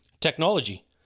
technology